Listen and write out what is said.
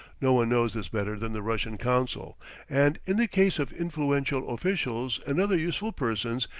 no one knows this better than the russian consul and in the case of influential officials and other useful persons,